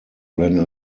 ran